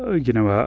ah you know, ah